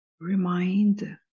remind